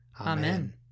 Amen